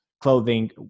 Clothing